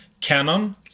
Canon